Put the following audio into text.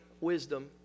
wisdom